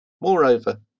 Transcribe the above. Moreover